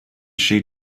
she